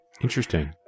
Interesting